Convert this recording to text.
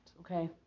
okay